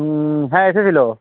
হুম হ্যাঁ এসেছিলো